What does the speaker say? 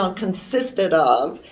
um consisted of,